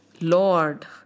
Lord